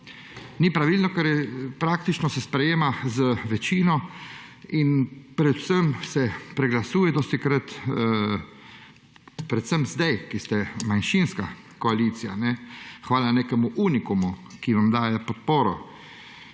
Ni pravilno, ker se praktično sprejema z večino in predvsem se dostikrat preglasuje, predvsem zdaj, ko ste manjšinska koalicija. Hvala nekemu unikumu, ki vam daje podporo